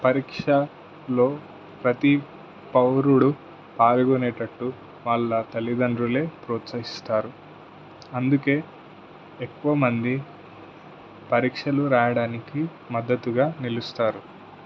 పరీక్షలో ప్రతీ పౌరుడు పాల్గొనేటట్టు వాళ్ళ తల్లిదండ్రులే ప్రోత్సహిస్తారు అందుకే ఎక్కువ మంది పరీక్షలు వ్రాయడానికి మద్దతుగా నిలుస్తారు